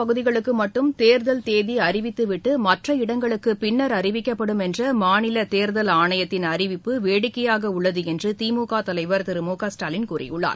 பகுதிகளுக்குமட்டும் தேர்தல் தேதிஅறிவித்துவிட்டு மற்ற ஊரகப் இடங்களுக்குபின்னர் அறிவிக்கப்படும் என்றமாநிலதேர்தல் ஆணையத்தின் அறிவிப்பு வேடிக்கையாகஉள்ளதுஎன்றுதிமுகதலைவா் திரு மு க ஸ்டாலின் கூறியுள்ளார்